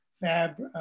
fab